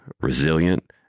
resilient